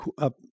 up